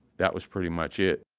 that was pretty much it.